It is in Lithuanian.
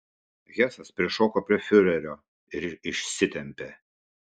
hesas prišoko prie fiurerio ir išsitempė